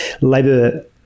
labour